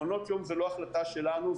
מעונות יום זה לא החלטה שלנו,